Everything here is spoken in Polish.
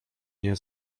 nie